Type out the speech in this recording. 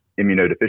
immunodeficiency